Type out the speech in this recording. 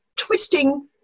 Twisting